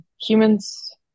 Humans